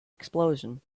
explosion